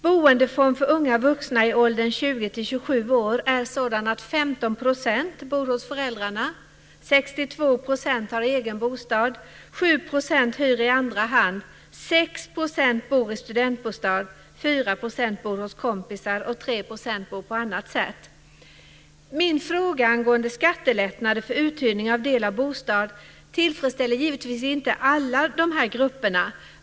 Boendeform för unga vuxna i åldern 20-27 år är sådan att 15 % bor hos föräldrar, 62 % har egen bostad, 7 % hyr i andra hand, 6 % bor i studentbostad, 4 % bor hos kompisar och 3 % bor på annat sätt. Min fråga angående skattelättnader för uthyrning av del av bostad tillfredsställer givetvis inte alla dessa grupper.